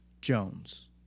Jones